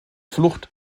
flucht